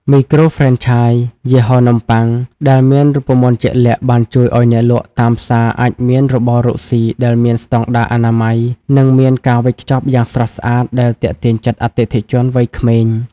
មីក្រូហ្វ្រេនឆាយ យីហោនំបុ័ង ដែលមានរូបមន្តជាក់លាក់ បានជួយឱ្យអ្នកលក់តាមផ្សារអាចមានរបររកស៊ីដែលមានស្ដង់ដារអនាម័យ និងមានការវេចខ្ចប់យ៉ាងស្រស់ស្អាតដែលទាក់ទាញចិត្តអតិថិជនវ័យក្មេង។